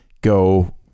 go